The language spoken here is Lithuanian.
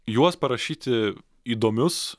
juos parašyti įdomius